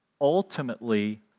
ultimately